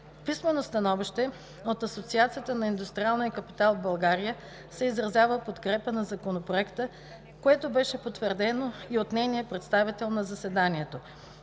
писмено становище от Асоциацията на индустриалния капитал в България се изразява подкрепа на Законопроекта, което беше потвърдено и от нейния представител на заседанието.